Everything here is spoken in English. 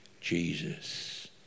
jesus